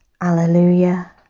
Alleluia